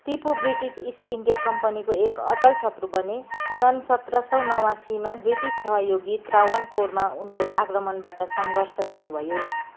Tipu British East India कम्पनीको एक अटल शत्रु बने सन् सत्र सौ नवासीमा ब्रिटिस सहयोगी त्रावणकोरमा उनको आक्रमणबाट सङ्घर्ष सुरु भयो